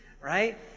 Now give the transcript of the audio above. right